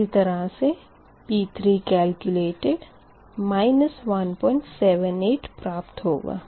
इसी तरह से P3 केलक्यूलेटड 178 प्राप्त होगा